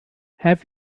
have